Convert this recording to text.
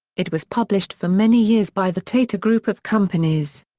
it was published for many years by the tata group of companies.